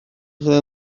chwilio